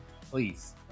Please